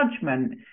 judgment